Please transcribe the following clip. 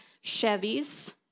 Chevy's